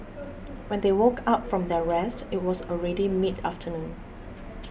when they woke up from their rest it was already mid afternoon